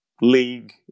league